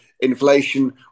inflation